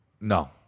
No